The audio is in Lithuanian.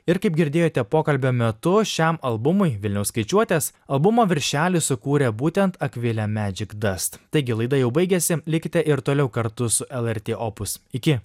ir kaip girdėjote pokalbio metu šiam albumui vilniaus skaičiuotes albumo viršelį sukūrė būtent akvilė medžikdast taigi laida jau baigėsi likite ir toliau kartu su lrt opus iki